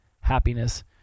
happiness